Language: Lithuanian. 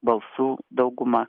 balsų dauguma